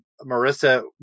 Marissa